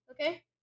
Okay